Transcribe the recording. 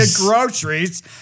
groceries